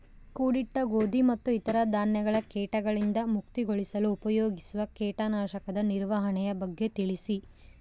ಕೂಡಿಟ್ಟ ಗೋಧಿ ಮತ್ತು ಇತರ ಧಾನ್ಯಗಳ ಕೇಟಗಳಿಂದ ಮುಕ್ತಿಗೊಳಿಸಲು ಉಪಯೋಗಿಸುವ ಕೇಟನಾಶಕದ ನಿರ್ವಹಣೆಯ ಬಗ್ಗೆ ತಿಳಿಸಿ?